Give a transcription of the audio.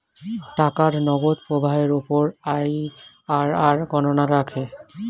টাকার নগদ প্রবাহের উপর আইআরআর গণনা রাখে